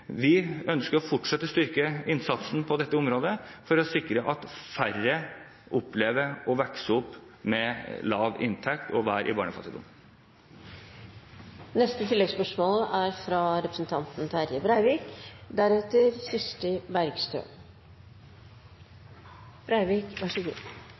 Vi ønsker å fortsette å styrke innsatsen på dette området for å sikre at færre opplever å vokse opp med lav inntekt og barnefattigdom. Terje Breivik – til oppfølgingsspørsmål. Statsråden varsla i